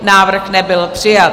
Návrh nebyl přijat.